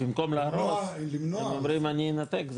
במקום להרוס, מדברים על לנתק.